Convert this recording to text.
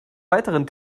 weiteren